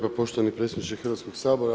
poštovani predsjedniče Hrvatskog sabora.